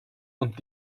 und